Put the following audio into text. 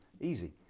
easy